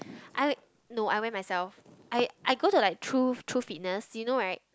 I no I went myself I I go to like true True Fitness you know right